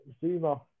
Zuma